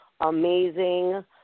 amazing